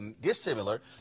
dissimilar